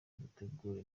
dutegura